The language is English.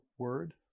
word